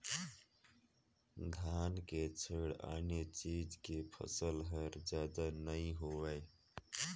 धान के छोयड़ आने चीज के फसल हर जादा नइ होवय